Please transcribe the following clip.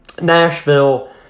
Nashville